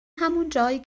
همونجایی